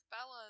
Bella